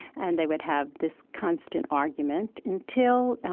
and they would have this constant argument until,